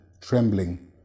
trembling